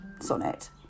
sonnet